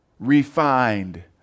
refined